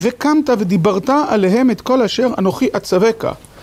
וקמת ודיברת עליהם את כל אשר אנוכי אצווך.